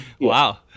Wow